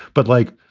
but like,